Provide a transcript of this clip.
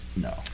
No